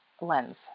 lens